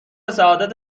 سعادت